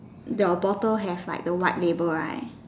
the bottle has the white label right